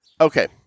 Okay